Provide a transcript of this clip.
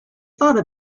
thought